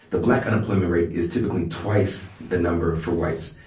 the black unemployment rate is typically twice the number for whites.